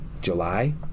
July